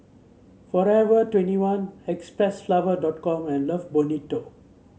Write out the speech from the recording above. Forever twenty one Xpressflower dot com and Love Bonito